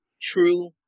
true